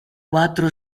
quattro